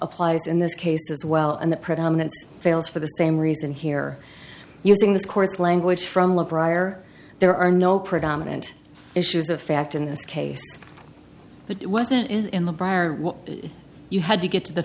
applies in this case as well and the predominant fails for the same reason here using the court language from the prior there are no predominant issues of fact in this case but it wasn't in the briar you had to get to the